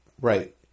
right